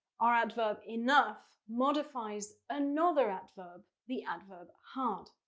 our adverb enough modifies another adverb, the adverb hard.